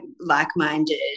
like-minded